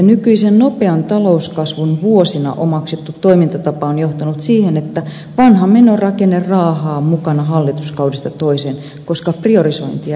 nykyinen nopean talouskasvun vuosina omaksuttu toimintatapa on johtanut siihen että vanha menorakenne raahaa mukana hallituskaudesta toiseen koska priorisointia ei tehdä